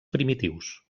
primitius